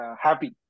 happy